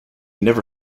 never